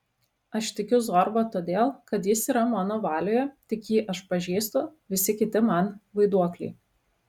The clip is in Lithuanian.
aš tikiu zorba todėl kad jis yra mano valioje tik jį aš pažįstu visi kiti man vaiduokliai